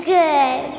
good